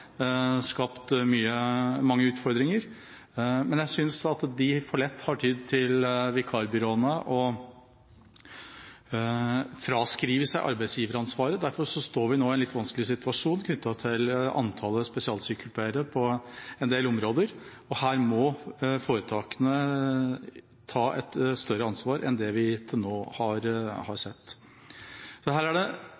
skapt mange utfordringer. Men jeg synes at de for lett har tydd til vikarbyråene og fraskrevet seg arbeidsgiveransvaret. Derfor står vi nå i en litt vanskelig situasjon knyttet til antall spesialsykepleiere på en del områder. Her må foretakene ta et større ansvar enn det vi til nå har